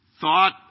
thought